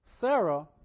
Sarah